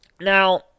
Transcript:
Now